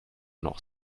noch